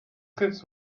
gives